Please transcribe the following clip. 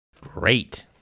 Great